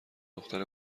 دختر